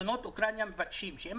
שלטונות אוקראינה מבקשים שאם